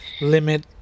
limit